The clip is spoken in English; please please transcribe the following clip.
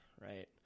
right